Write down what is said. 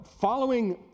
following